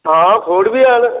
हा अखरोट बी हैन